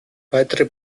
weitere